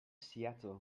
seattle